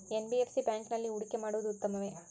NBFC ಬ್ಯಾಂಕಿನಲ್ಲಿ ಹೂಡಿಕೆ ಮಾಡುವುದು ಉತ್ತಮವೆ?